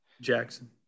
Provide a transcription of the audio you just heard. jackson